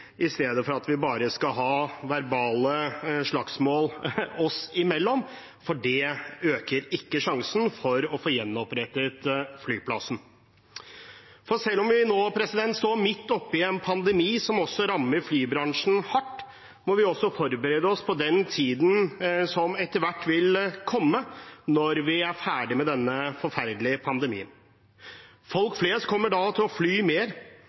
i stedet for at vi bare skal ha verbale slagsmål oss imellom, for det øker ikke sjansen for å få gjenopprettet flyplassen. Selv om vi nå står midt oppe i en pandemi som rammer også flybransjen hardt, må vi også forberede oss på den tiden som etter hvert vil komme, når vi er ferdig med denne forferdelige pandemien. Folk flest kommer da til å fly mer.